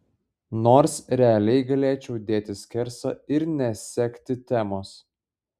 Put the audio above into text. nors realiai galėčiau dėti skersą ir nesekti temos